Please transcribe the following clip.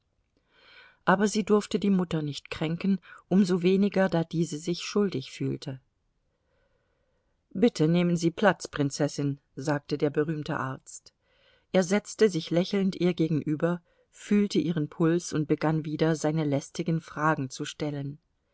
aber sie durfte die mutter nicht kränken um so weniger da diese sich schuldig fühlte bitte nehmen sie platz prinzessin sagte der berühmte arzt er setzte sich lächelnd ihr gegenüber fühlte ihren puls und begann wieder seine lästigen fragen zu stellen